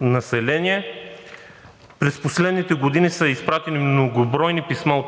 население. През последните години са изпратени многобройни писма